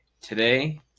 today